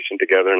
together